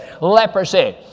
leprosy